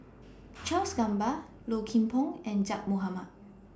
Charles Gamba Low Kim Pong and Zaqy Mohamad